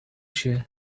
się